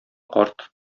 карт